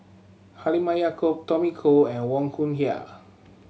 Halimah Yacob Tommy Koh and Wong Yoon Wah